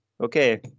Okay